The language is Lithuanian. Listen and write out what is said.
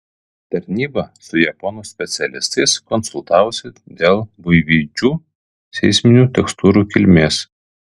tarnyba su japonų specialistais konsultavosi dėl buivydžių seisminių tekstūrų kilmės